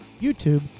YouTube